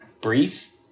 brief